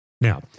Now